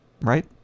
Right